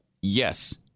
Yes